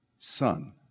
son